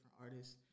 artists